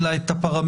אלא את הפרמטר.